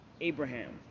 Abraham